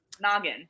noggin